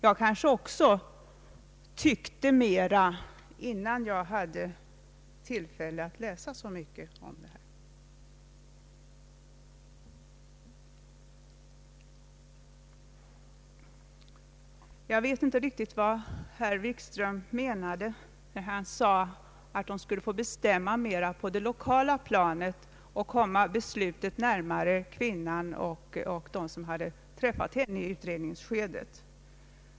Jag kanske också ”tyckte” mera innan jag hade haft tillfälle att läsa så mycket på detta område. Jag vet inte riktigt vad herr Wikström menade med att man borde få bestämma mer på det lokala planet och låta besluten fattas av dem som hade träffat den abortsökande kvinnan under utred Statsverkspropositionen m.m. ningsskedet.